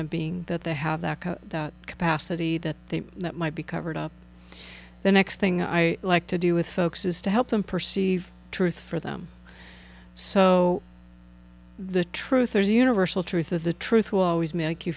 infinite being that they have that capacity that they that might be covered up the next thing i like to do with folks is to help them perceive truth for them so the truth there's universal truth of the truth will always make you